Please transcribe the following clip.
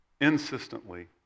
insistently